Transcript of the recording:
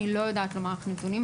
אני לא יודעת לומר לך נתונים,